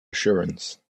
assurance